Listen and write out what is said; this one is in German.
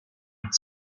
und